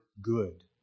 good